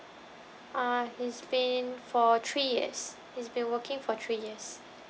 uh he's been for three yes he's been working for three years